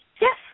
Yes